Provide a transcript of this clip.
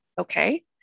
Okay